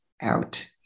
out